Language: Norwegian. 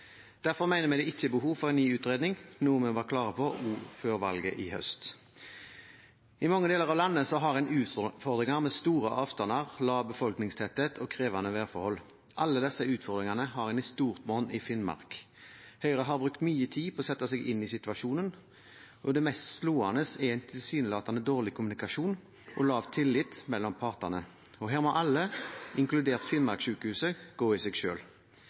Derfor mener vi det ikke er behov for en ny utredning, noe vi var klare på også før valget i høst. I mange deler av landet har en utfordringer med store avstander, lav befolkningstetthet og krevende værforhold. Alle disse utfordringene har en i stort monn i Finnmark. Høyre har brukt mye tid på å sette seg inn i situasjonen, og det mest slående er tilsynelatende dårlig kommunikasjon og lav tillit mellom partene. Her må alle, inkludert Finnmarkssykehuset, gå i seg